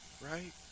right